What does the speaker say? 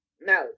no